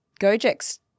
Gojek's